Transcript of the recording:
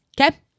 Okay